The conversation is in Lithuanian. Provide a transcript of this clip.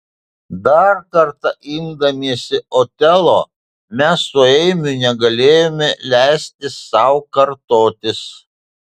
dar kartą imdamiesi otelo mes su eimiu negalėjome leisti sau kartotis